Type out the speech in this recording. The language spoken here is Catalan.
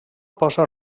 posa